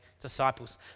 disciples